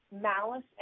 malice